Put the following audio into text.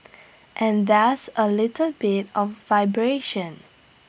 and there's A little bit of vibration